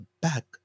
back